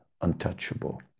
untouchable